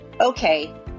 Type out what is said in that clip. Okay